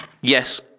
Yes